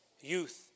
Youth